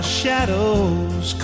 shadows